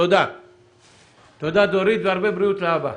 תודה, דורית, והרבה בריאות לאבא.